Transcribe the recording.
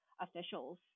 officials